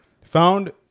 Found